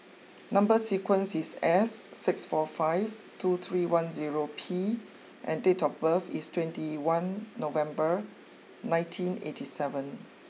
number sequence is S six four five two three one zero P and date of birth is twenty one November nineteen eighty seven